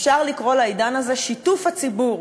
אפשר לקרוא לעידן הזה שיתוף הציבור.